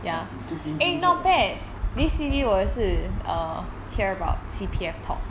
ya